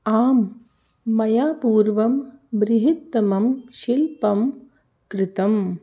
आम् मया पूर्वं बृहत्तमं शिल्पं कृतं